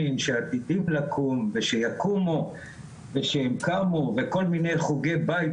שעתידים לקום ושיקומו ושהם קמו וכל מיני חוגי בית